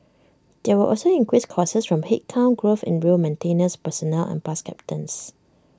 there were also increased costs from headcount growth in rail maintenance personnel and bus captains